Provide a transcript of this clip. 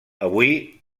avui